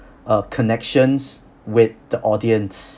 uh connections with the audience